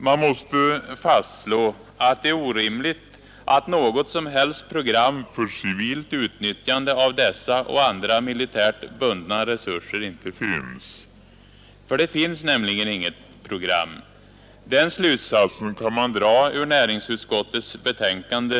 Man måste fastslå att det är orimligt att något som helst program för civilt utnyttjande av dessa och andra militärt bundna resurser inte finns. Det finns nämligen inget program. Den slutsatsen kan man dra ur näringsutskottets betänkande.